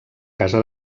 casa